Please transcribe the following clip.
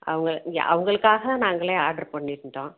அவங்க இங்கே அவங்களுக்காக நாங்களே ஆர்டர் பண்ணியிருந்தோம்